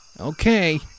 Okay